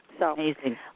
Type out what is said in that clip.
Amazing